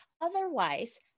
Otherwise